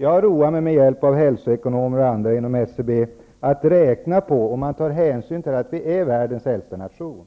Jag har roat mig med att med hjälp av hälsoekonomer och andra inom SCB räkna på -- med hänsyn tagen till att vi är världens äldsta nation